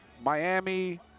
Miami